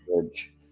bridge